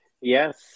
Yes